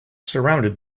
surrounded